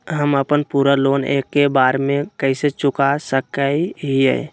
हम अपन पूरा लोन एके बार में कैसे चुका सकई हियई?